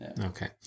okay